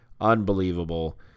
Unbelievable